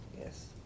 Yes